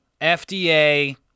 FDA